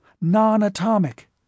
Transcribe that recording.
non-atomic